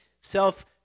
self